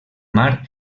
mar